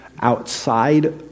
outside